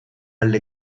alle